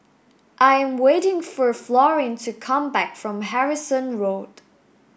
I am waiting for Florine to come back from Harrison Road